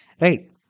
Right